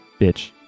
Bitch